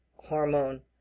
hormone